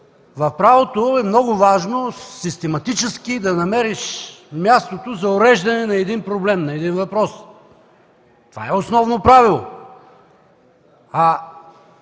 в правото е много важно систематически да намериш мястото за уреждане на един проблем, на един въпрос. Това е основно правило,